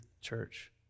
church